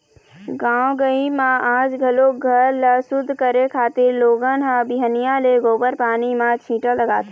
गाँव गंवई म आज घलोक घर ल सुद्ध करे खातिर लोगन ह बिहनिया ले गोबर पानी म छीटा लगाथे